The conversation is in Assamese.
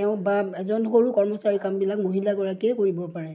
তেওঁ বা এজন সৰু কৰ্মচাৰীৰ কামবিলাক মহিলাগৰাকীয়ে কৰিব পাৰে